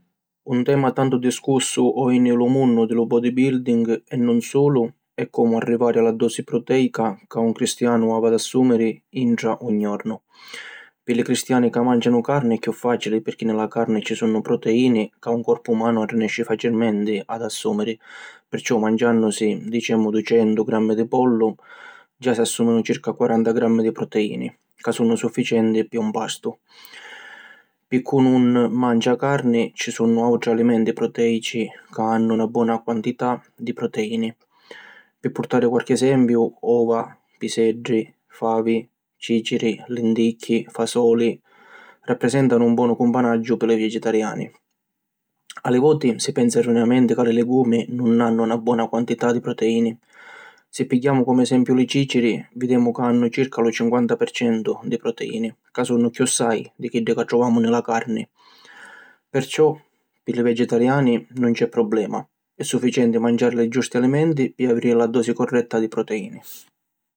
Un tema tantu discussu oji nni lu munnu di lu ‘Bodybuilding’ e nun sulu, è comu arrivari a la dosi protèica ca un cristianu havi ad assùmiri intra un jornu. Pi li cristiani ca màngianu carni è cchiù fàcili pirchì ni la carni ci sunnu proteìni ca lu corpu umanu arrinesci facilmenti ad assùmiri perciò mangiànnusi, dicemu ducentu grammi di pollu, già si assùminu circa quaranta grammi di proteìni, ca sunnu sufficienti pi un pastu. Pi cu’ nun mangia carni, ci sunnu àutri alimenti protèici ca hannu na bona quantità di proteìni. Pi purtari qualchi esempiu: ova, piseddi, favi, cìciri, linticchi, fasoli… rappresèntanu un bonu cumpanaggiu pi li vegetariani. A li voti si pensa erroneamenti ca li ligumi nun hannu na bona quantità di proteìni. Si pigghiamu comu esempiu li cìciri, videmu ca hannu circa lu cinquanta pi centu di proteìni ca sunnu chiossai di chiddi ca truvamu nni la carni. Perciò, pi li vegetariani, nun c’è problema, è sufficienti mangiari li giusti alimenti pi aviri la dosi corretta di proteìni.